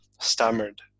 stammered